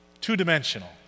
two-dimensional